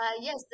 Yes